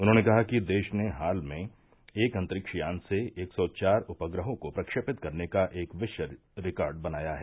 उन्होंने कहा कि देश ने हाल में एक अंतरिक्ष यान से एक सौ चार उपग्रहों को प्रक्षेपित करने का एक विश्व रिकॉर्ड बनाया है